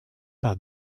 par